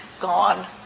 gone